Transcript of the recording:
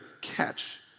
catch